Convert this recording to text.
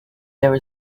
there